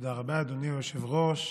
תודה רבה, אדוני היושב-ראש.